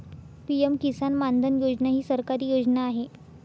PM Kisan Maandhan Yojana ही सरकारी योजना आहे